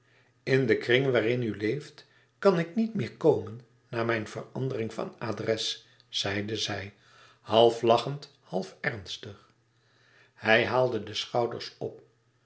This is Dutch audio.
in den kring waarin u leeft kan ik niet meer komen na mijn verandering van adres zeide zij half lachend half ernstig hij haalde de schouders op